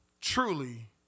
truly